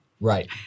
Right